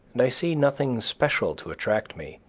and i see nothing special to attract me,